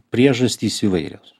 priežastys įvairios